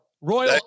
Royal